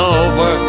over